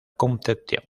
concepción